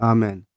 Amen